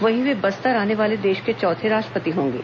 वहीं वे बस्तर आने वाले देश के चौथे राष्ट्रपति होंगे